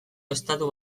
estatu